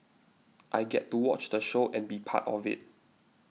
I get to watch the show and be part of it